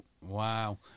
Wow